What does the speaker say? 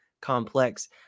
complex